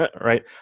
right